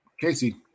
Casey